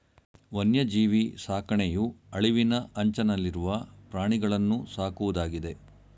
ವನ್ಯಜೀವಿ ಸಾಕಣೆಯು ಅಳಿವಿನ ಅಂಚನಲ್ಲಿರುವ ಪ್ರಾಣಿಗಳನ್ನೂ ಸಾಕುವುದಾಗಿದೆ